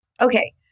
Okay